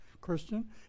Christian